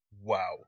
wow